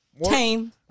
tame